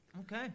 Okay